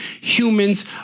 humans